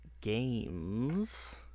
games